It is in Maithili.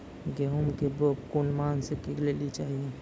गेहूँमक बौग कून मांस मअ करै लेली चाही?